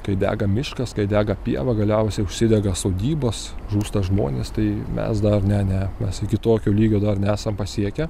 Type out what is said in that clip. kai dega miškas kai dega pieva galiausiai užsidega sodybos žūsta žmonės tai mes dar ne ne mes iki tokio lygio dar nesam pasiekę